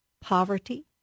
poverty